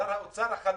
שר האוצר החלופי.